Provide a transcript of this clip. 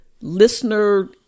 listener